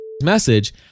message